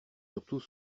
surtout